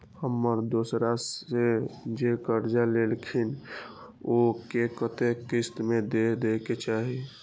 हम दोसरा से जे कर्जा लेलखिन वे के कतेक किस्त में दे के चाही?